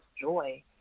joy